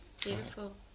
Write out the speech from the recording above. Beautiful